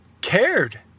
cared